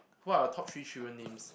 what are your top three children names